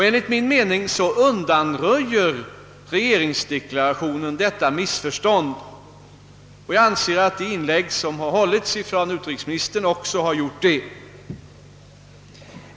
Enligt min mening undanröjer regeringsdeklarationen och utrikesministerns inlägg dessa missförstånd.